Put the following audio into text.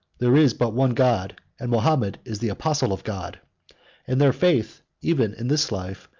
there is but one god, and mahomet is the apostle of god and their faith, even in this life,